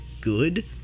good